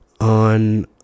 on